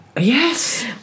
Yes